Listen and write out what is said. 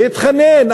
והתחנן,